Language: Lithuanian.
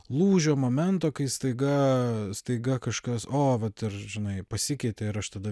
lūžio momento kai staiga staiga kažkas o vat ir žinai pasikeitė ir aš tada